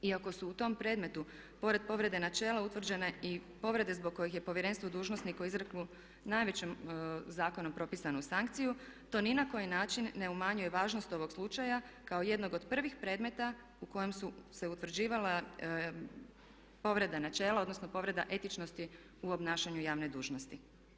Iako su u tom predmetu pored povrede načela utvrđene i povrede zbog kojih je povjerenstvo dužnosniku izreklo najveću zakonom propisanu sankciju to ni na koji način ne umanjuje važnost ovog slučaja kao jednog od prvih predmeta u kojem su se utvrđivala povrede načela odnosno povreda etičnosti u obnašanju javne dužnosti.